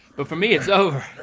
but for me it's over.